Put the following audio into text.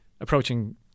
approaching